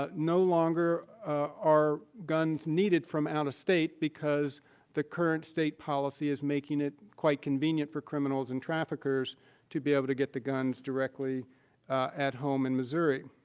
ah no longer are guns needed from out of state, because the current state policy is making it quite convenient for criminals and traffickers to be able to get the guns directly at home in missouri.